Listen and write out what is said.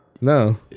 No